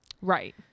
Right